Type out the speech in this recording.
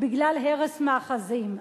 בגלל הרס מאחזים.